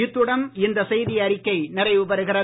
இத்துடன் இந்த செய்தியறிக்கை நிறைவுபெறுகிறது